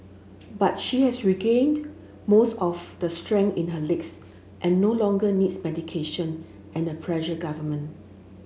but she has regained most of the strength in her and no longer needs medication and her pressure government